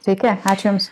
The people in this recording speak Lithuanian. sveiki ačiū jums